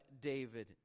david